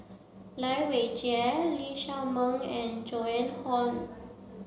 Lai Weijie Lee Shao Meng and Joan Hon